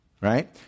Right